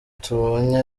tubonye